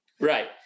Right